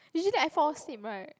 usually I fall asleep right